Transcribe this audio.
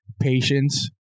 patience